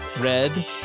red